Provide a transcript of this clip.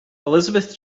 elizabeth